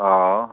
हा